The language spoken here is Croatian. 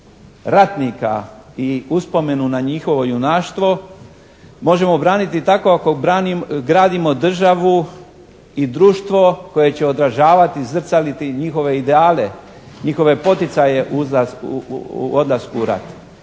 ratnika i uspomenu na njihovo junaštvo možemo braniti tako ako gradimo državu i društvo koje će odražavati, zrcaliti njihove ideale, njihove poticaje u odlasku u rat.